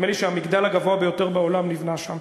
נדמה לי שהמגדל הגבוה ביותר בעולם נבנה שם.